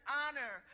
honor